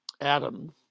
Adam